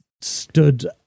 stood